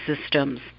systems